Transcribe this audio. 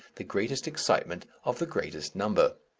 the greatest excitement of the greatest number.